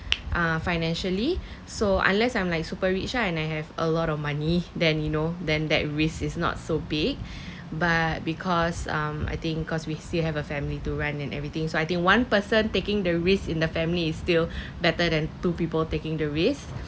uh financially so unless I'm like super rich lah and I have a lot of money then you know then that risk is not so big but because um I think cause we still have a family to run and everything so I think one person taking the risk in the family is still better than two people taking the risk